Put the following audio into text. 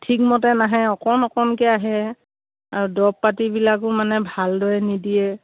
ঠিকমতে নাহে অকণ অকণকে আহে আৰু দৰৱ পাতিবিলাকো মানে ভালদৰে নিদিয়ে